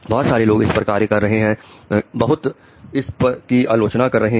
बहुत सारे लोग इस पर कार्य कर रहे हैं बहुत इस की आलोचना कर रहे हैं